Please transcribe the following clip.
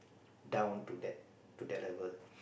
down to that to that level